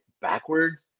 backwards